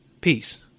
Peace